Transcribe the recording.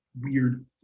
weird